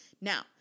now